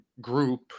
group